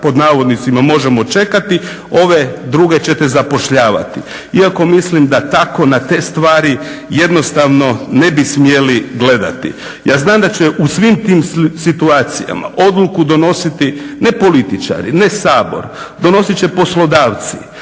pod navodnicima "možemo čekati" ove druge ćete zapošljavati. Iako mislim da tako na te stvari jednostavno ne bi smjeli gledati. Ja znam da će u svim tim situacijama odluku donositi ne političari, ne Sabor, donosit će poslodavci,